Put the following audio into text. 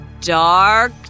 dark